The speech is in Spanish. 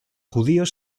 judíos